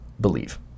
believe